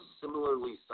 similarly